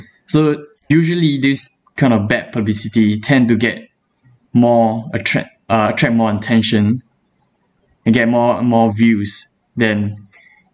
so usually this kind of bad publicity tend to get more attract uh attract more attention and get more more views than